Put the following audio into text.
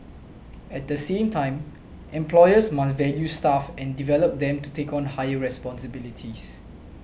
at the same time employers must value staff and develop them to take on higher responsibilities